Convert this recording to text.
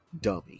dummy